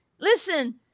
Listen